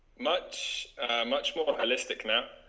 much much more holistic now